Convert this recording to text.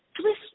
twist